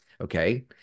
Okay